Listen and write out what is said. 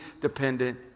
dependent